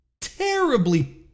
terribly